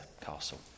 Castle